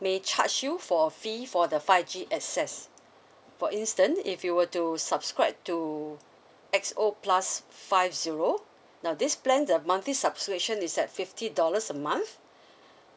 may charge you for fee for the five G access for instance if you were to subscribe to X O plus five zero now this plan the monthly subscription is at fifty dollars a month